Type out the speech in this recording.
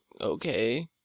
okay